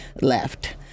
left